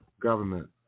government